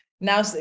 Now